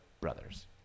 Brothers